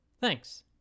Thanks